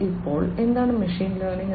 അപ്പോൾ എന്താണ് machine learning